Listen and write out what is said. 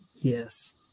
Yes